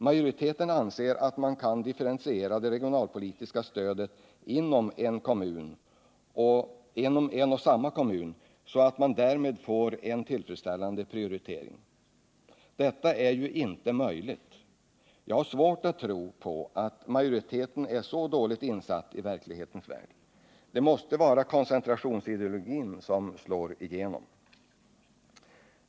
Majoriteten anser att man kan differentiera det regionalpolitiska stödet inom en och samma kommun så att man därmed får en tillfredsställande prioritering. Men detta är ju inte möjligt. Jag har svårt att tro på att majoriteten är så dåligt insatt i verklighetens värld. Det måste vara koncentrationsideologin som slår igenom.